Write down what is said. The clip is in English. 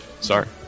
Sorry